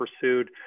pursued